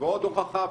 ועד הוכחה,